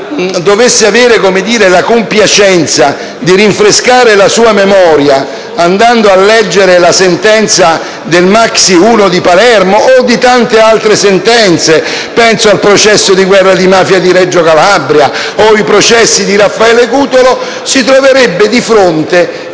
dovesse avere la compiacenza di rinfrescare la sua memoria andando a leggere la sentenza del maxiprocesso 1 di Palermo o di tante altre sentenze, ad esempio del processo sulla guerra di mafia di Reggio Calabria o ai processi di Raffaele Cutolo, si troverebbe di fronte